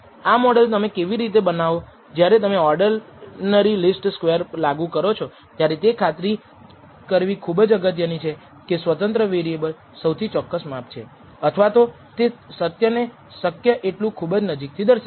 આ મોડલ તમે કેવી રીતે બનાવો જ્યારે તમે ઓર્ડીનરી લીસ્ટ સ્ક્વેર લાગુ કરો છો ત્યારે તે ખાતરી કરવી ખૂબ જ અગત્યની છે કે સ્વતંત્ર વેરીએબલ સૌથી ચોક્કસ માપ છે અથવા તો તે સત્યને શક્ય એટલૂ ખૂબ જ નજીકથી દર્શાવે છે